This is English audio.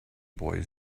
boy